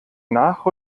nach